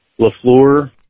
Lafleur